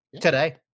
today